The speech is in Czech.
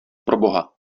proboha